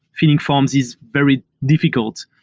filling forms is very difficult.